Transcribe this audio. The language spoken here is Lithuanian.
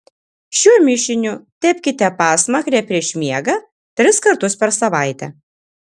šiuo mišiniu tepkite pasmakrę prieš miegą tris kartus per savaitę